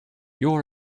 your